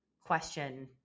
question